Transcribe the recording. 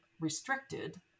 restricted